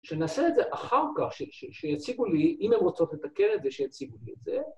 שנעשה את זה אחר כך, שיציגו לי, אם הם רוצו לתקן את זה, שיציגו את זה.